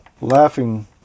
laughing